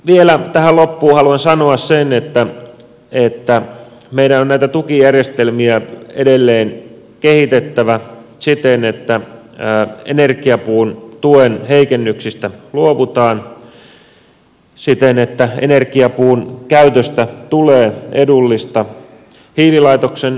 vielä tähän loppuun haluan sanoa sen että meidän on näitä tukijärjestelmiä edelleen kehitettävä siten että energiapuun tuen heikennyksistä luovutaan siten että energiapuun käytöstä tulee edullista